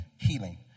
healing